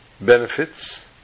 benefits